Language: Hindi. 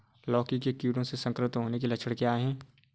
लौकी के कीड़ों से संक्रमित होने के लक्षण क्या हैं?